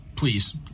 Please